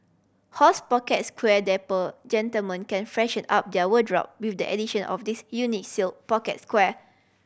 horse pocket square Dapper gentlemen can freshen up their wardrobe with the addition of this unique silk pocket square